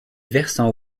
versant